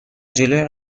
جلوی